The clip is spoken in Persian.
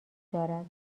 دارد